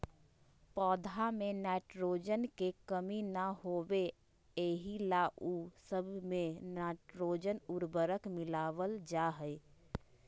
पौध में नाइट्रोजन के कमी न होबे एहि ला उ सब मे नाइट्रोजन उर्वरक मिलावल जा हइ